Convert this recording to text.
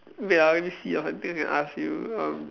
wait ah let me see of something I can ask you um